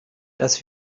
das